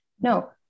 No